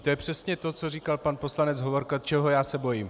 To je přesně to, co říkal pan poslanec Hovorka, čeho já se bojím.